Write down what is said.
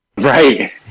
right